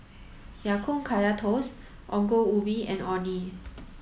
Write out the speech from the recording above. Ya Kun Kaya Toast Ongol Ubi and Orh Nee